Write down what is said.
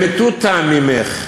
במטותא ממך,